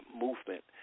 movement